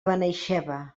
benaixeve